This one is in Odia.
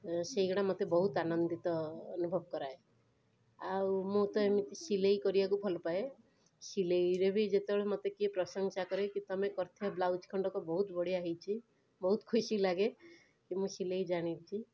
ଏ ସେଇଗୁଡ଼ା ମୋତେ ବହୁତ ଆନନ୍ଦିତ ଅନୁଭବ କରାଏ ଆଉ ମୁଁ ତ ଏମିତି ସିଲେଇ କରିବାକୁ ଭଲ ପାଏ ସିଲେଇରେ ବି ଯେତେବେଳେ ମୋତେ କିଏ ପ୍ରସଂଶା କରେ କି ତୁମେ କରିଥିବା ବ୍ଲାଉଜ୍ ଖଣ୍ଡିକ ବହୁତ ବଢ଼ିଆ ହେଇଛି ବହୁତ ଖୁସି ଲାଗେ ଏବଂ ସିଲେଇ ଜାଣିଛି